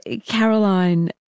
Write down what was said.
Caroline